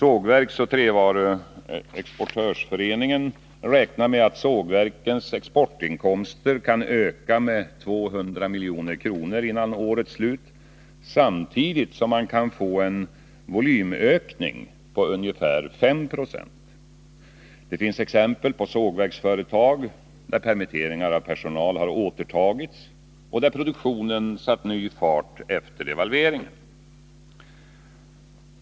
Sågverksoch trävaruexportörsföreningen räknar med att sågverkens exportinkomster kan öka med 200 milj.kr. innan året är slut, samtidigt som man kan få en volymökning på ungefär 5 96. Det finns exempel på sågverksföretag, där permitteringar av personal återtagits och produktionen satt ny fart efter devalveringen.